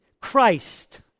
Christ